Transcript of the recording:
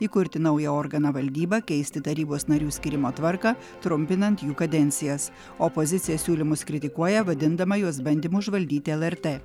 įkurti naują organą valdybą keisti tarybos narių skyrimo tvarką trumpinant jų kadencijas opozicija siūlymus kritikuoja vadindama juos bandymu užvaldyti lrt